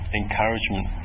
encouragement